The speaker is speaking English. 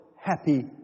happy